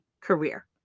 career